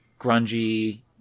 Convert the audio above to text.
grungy